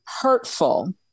hurtful